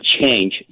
change